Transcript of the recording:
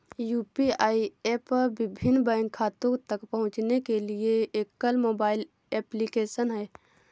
UPI app विभिन्न bank खातों तक पहुँचने के लिए एकल मोबाइल एप्लिकेशन है